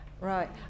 Right